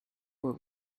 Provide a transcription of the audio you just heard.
were